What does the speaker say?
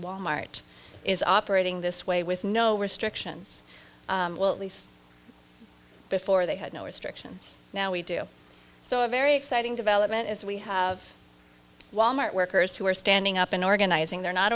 wal mart is operating this way with no restrictions well at least before they had no restriction now we do so a very exciting development as we have wal mart workers who are standing up and organizing they're not